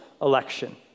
Election